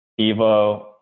Evo